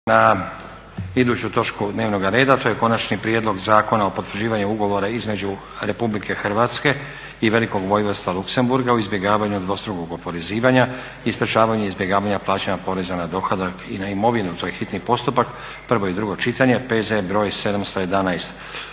na iduću točku dnevnoga reda, to je: - Konačni prijedlog Zakona o potvrđivanju Ugovora između Republike Hrvatske i Velikog Vojvodstva Luksemburga o izbjegavanju dvostrukog oporezivanja i sprječavanju izbjegavanja plaćanja poreza na dohodak i na imovinu, hitni postupak, prvo i drugo čitanje, P.Z. br. 711.